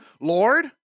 Lord